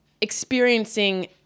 experiencing